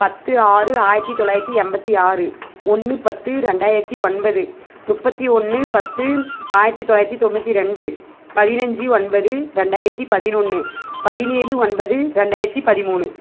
பத்து ஆறு ஆயிரத்தி தொள்ளாயிரத்தி எண்பத்தி ஆறு ஒன்று பத்து ரெண்டாயிரத்தி ஒன்பது முப்பத்தி ஒன்று பத்து ஆயிரத்தி தொள்ளாயிரத்தி தொண்ணூற்றி ரெண்டு பதினஞ்சி ஒன்பது ரெண்டாயிரத்தி பதினொன்று பதினேழு ஒன்பது ரெண்டாயிரத்தி பதிமூணு